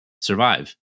survive